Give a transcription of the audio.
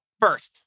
first